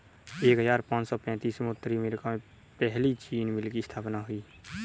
एक हजार पाँच सौ पैतीस में उत्तरी अमेरिकी में पहली चीनी मिल की स्थापना हुई